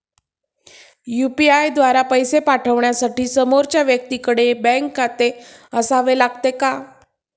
UPI द्वारा पैसे पाठवण्यासाठी समोरच्या व्यक्तीकडे बँक खाते असावे लागते का?